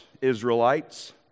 Israelites